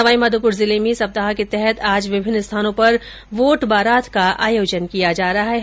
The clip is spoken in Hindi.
सवाईमाधोपुर जिले में सप्ताह के तहत आज विभिन्न स्थानों पर वोट बारात का आयोजन किया जा रहा है